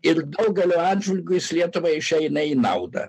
ir daugeliu atžvilgių jis lietuvai išeina į naudą